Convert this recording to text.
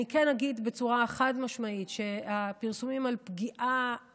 כן אגיד בצורה חד-משמעית שהפרסומים על פגיעה